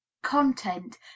content